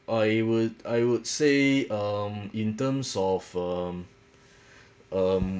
I would I would say um in terms of um um